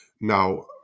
Now